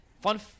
Fun